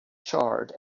charred